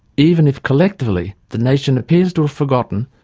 even if, collectively, the nation appears to have forgotten,